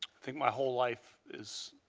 my whole life is